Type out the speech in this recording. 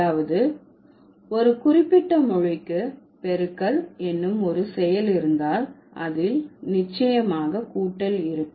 அதாவது ஒரு குறிப்பிட்ட மொழிக்கு பெருக்கல் என்னும் ஒரு செயல் இருந்தால் அதில் நிச்சயமாக கூட்டல் இருக்கும்